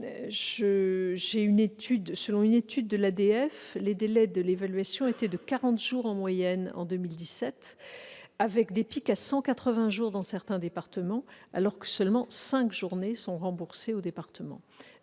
selon une étude de l'ADF, étaient de 40 jours en moyenne en 2017, avec des pics à 180 jours dans certains départements, alors que seules 5 journées sont remboursées aux départements.